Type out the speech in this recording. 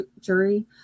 jury